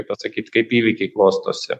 pasakyt kaip įvykiai klostosi